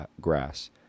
grass